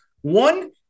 One